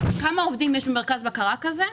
כמה עובדים יש במרכז בקרה כזה?